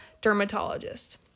dermatologist